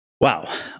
Wow